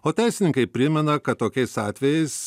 o teisininkai primena kad tokiais atvejais